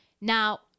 Now